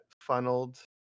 funneled